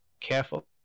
careful